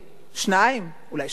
שניים, אולי שלושה.